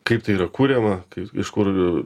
kaip tai yra kuriama kaip iš kur